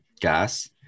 gas